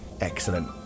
Excellent